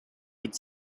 could